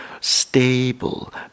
stable